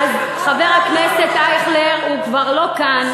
אז חבר הכנסת אייכלר, הוא כבר לא כאן,